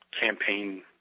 campaign